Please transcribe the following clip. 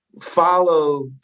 follow